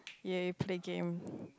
ya you play game